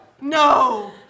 No